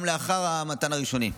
גם לאחר מתן המענה הראשוני.